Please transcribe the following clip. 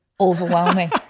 Overwhelming